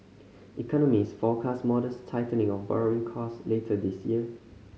economists forecast modest tightening of borrowing cost later this year